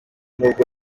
n’ubwo